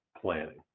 planning